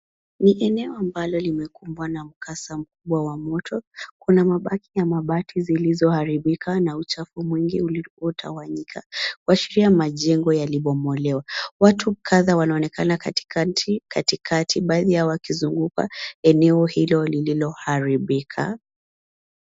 Ni eneo ambalo limekumbwa na mkasa mkubwa wa moto. Kuna mabaki ya mabati zilizoharibika na uchafu mwingi uliotawanyika kuashiria majengo yalibomolewa .Watu kadhaa wanaonekana katikati baadhi yao wakizunguka eneo hilo lililoharibika.